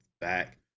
back